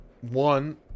one